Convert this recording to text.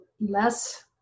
less